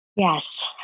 Yes